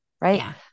right